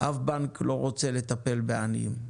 אף בנק לא רוצה לטפל בעניים.